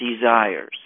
desires